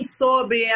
sobre